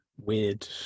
weird